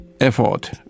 effort